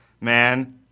Man